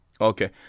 okay